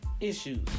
issues